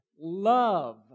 Love